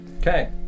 Okay